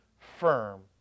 firm